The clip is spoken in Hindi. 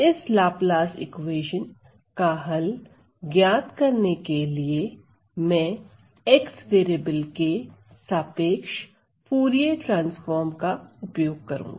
इस लाप्लास इक्वेशन का हल ज्ञात करने के लिए मैं x वेरिएबल के सापेक्ष फूरिये ट्रांसफॉर्म का उपयोग करूंगा